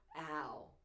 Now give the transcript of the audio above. Ow